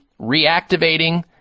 reactivating